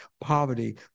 Poverty